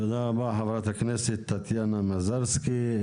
תודה רבה חברת הכנסת טטיאנה מזרסקי.